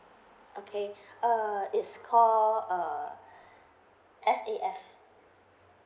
okay uh it's called err S_A_F